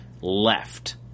left